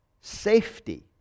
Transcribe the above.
safety